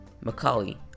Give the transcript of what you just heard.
Macaulay